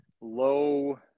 low